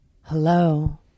Hello